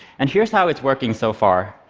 and here's how it's working so far.